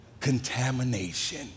contamination